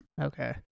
Okay